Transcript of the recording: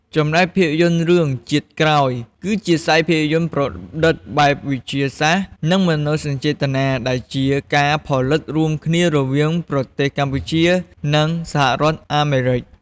ចំណែកភាពយន្តរឿង ជាតិក្រោយ គឺជាខ្សែភាពយន្ត ប្រឌិតបែបវិទ្យាសាស្ត្រនិងមនោសញ្ចេតនាដែលជាការផលិតរួមគ្នារវាងប្រទេស កម្ពុជា និងសហរដ្ឋអាមេរិក ។